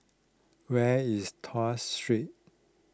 where is Tuas Street